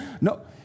no